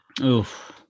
Oof